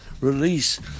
release